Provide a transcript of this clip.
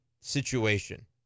situation